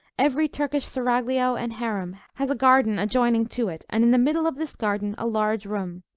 every turkish seraglio and harem, has a garden adjoining to it, and in the middle of this garden a large room,